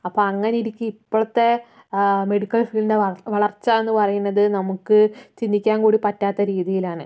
അപ്പോൾ അങ്ങനെയിരിക്കേ ഇപ്പോഴത്തെ മെഡിക്കൽ ഫീൽഡിന്റെ വളർച്ച എന്ന് പറയുന്നത് നമുക്ക് ചിന്തിക്കാൻ കൂടി പറ്റാത്ത രീതിയിലാണ്